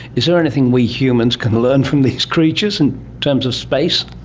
is there anything we humans can learn from these creatures in terms of space?